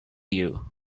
you